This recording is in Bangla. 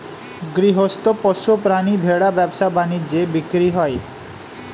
গৃহস্থ পোষ্য প্রাণী ভেড়া ব্যবসা বাণিজ্যে বিক্রি হয়